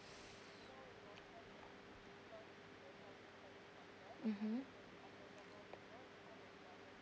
mmhmm